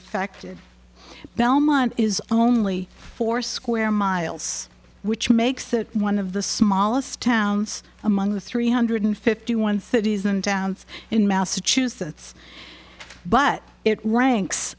affected belmont is only four square miles which makes it one of the smallest towns among the three hundred fifty one thirty's and downs in massachusetts but it ranks